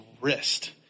wrist